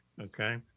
okay